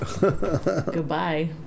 goodbye